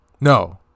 No